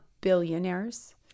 billionaires